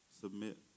submit